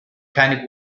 keine